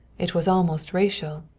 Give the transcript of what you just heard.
it was almost racial.